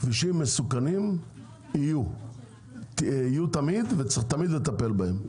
כבישים מסוכנים יהיו תמיד, וצריך תמיד לטפל בהם.